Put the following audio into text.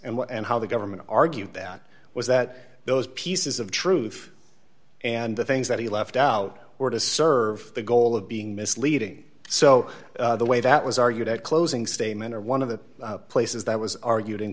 what and how the government argued that was that those pieces of truth and the things that he left out were to serve the goal of being misleading so the way that was argued at closing statement or one of the places that was argu